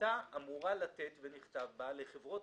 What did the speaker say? הייתה אמורה לתת ונכתב בה לחברות